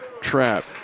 Trap